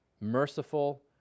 merciful